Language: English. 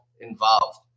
involved